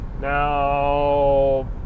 now